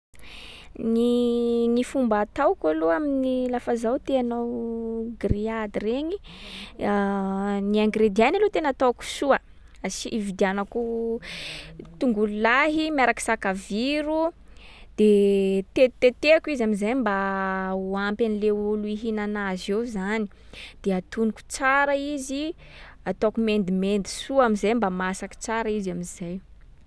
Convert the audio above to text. Gny- ny fomba ataoko aloha amin’ny lafa zaho te hanao grilladle regny, ny ingrédients-ny aloha tena ataoko soa. Asi- ividianako tongolo lahy miaraky sakaviro, de tetitetehako izy am’zay mba ho ampy an’le olo ihinana azy eo zany. De atonoko tsara izy, ataoko mendimendy soa am’zay mba masaky tsara izy am’zay.